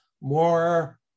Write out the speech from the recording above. more